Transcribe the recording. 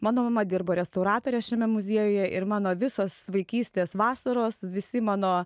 mano mama dirbo restauratore šiame muziejuje ir mano visos vaikystės vasaros visi mano